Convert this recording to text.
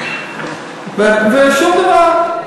פעם, ושום דבר.